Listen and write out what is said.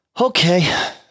Okay